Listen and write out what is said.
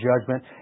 judgment